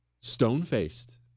Stone-faced